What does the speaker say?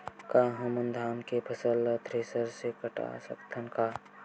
का हमन धान के फसल ला थ्रेसर से काट सकथन का?